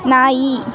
ನಾಯಿ